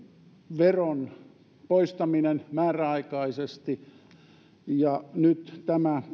veron poistaminen määräaikaisesti ja nyt tämä